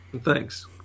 Thanks